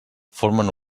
formen